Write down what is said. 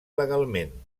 legalment